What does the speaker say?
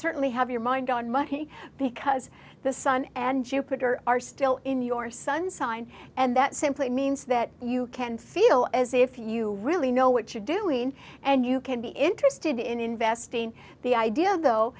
certainly have your mind on money because the sun and jupiter are still in your sun sign and that simply means that you can feel as if you really know what you're doing and you can be interested in investing the idea though